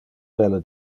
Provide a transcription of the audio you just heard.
belle